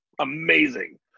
amazing